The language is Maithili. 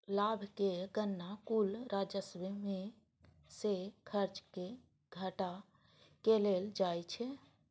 लाभक गणना कुल राजस्व मे सं खर्च कें घटा कें कैल जाइ छै